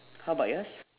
how about yours